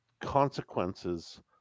consequences